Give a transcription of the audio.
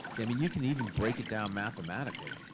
i mean you can even break it down mathematically.